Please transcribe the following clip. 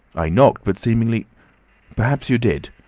i knocked, but seemingly perhaps you did.